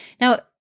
Now